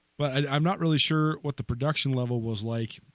but i'm not really sure what the production levels like